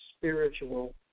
spiritual